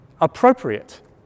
appropriate